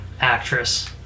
actress